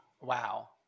Wow